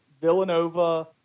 Villanova